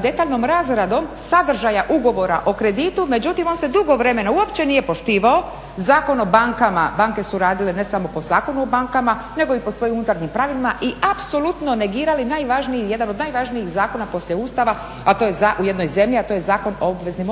detaljnom razradom sadržaja ugovora o kreditu, međutim on se dugo vremena uopće nije poštivao. Zakon o bankama, banke su radile ne samo po Zakonu o bankama nego i po svojim unutarnjim pravilima i apsolutno negirali jedan od najvažnijih zakona poslije Ustava u jednoj zemlji, a to je Zakon o obveznim odnosima.